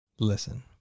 listen